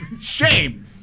Shame